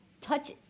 touch –